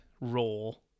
role